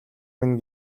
минь